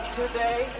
today